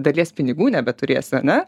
dalies pinigų nebeturėsi ane